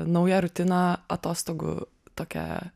nauja rutina atostogų tokia